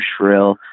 shrill